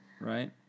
Right